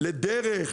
לדרך?